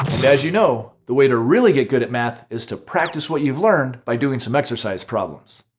and as you know, the way to really get good at math is to practice what you've learned by doing some exercise problems.